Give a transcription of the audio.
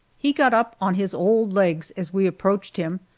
he got up on his old legs as we approached him,